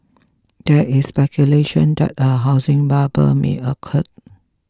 there is speculation that a housing bubble may occur